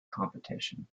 competition